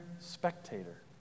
spectator